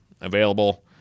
available